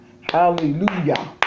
Hallelujah